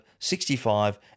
65